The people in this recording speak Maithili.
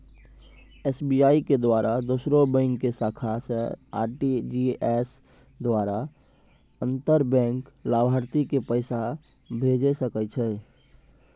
एस.बी.आई के द्वारा दोसरो बैंको के शाखा से आर.टी.जी.एस द्वारा अंतर बैंक लाभार्थी के पैसा भेजै सकै छै